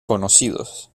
conocidos